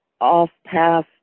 off-path